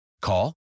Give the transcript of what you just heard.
Call